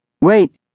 Wait